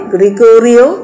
Gregorio